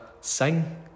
sing